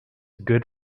good